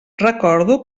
recordo